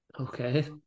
Okay